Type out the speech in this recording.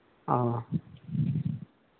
ᱚᱸᱻ